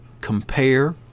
compare